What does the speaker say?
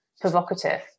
provocative